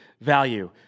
value